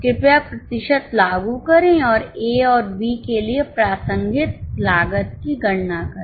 कृपया प्रतिशत लागू करें और ए और बी के लिए प्रासंगिक लागत की गणना करें